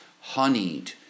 Honeyed